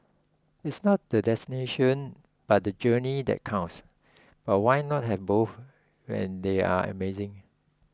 it's not the destination but the journey that counts but why not have both when they're amazing